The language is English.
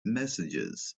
messages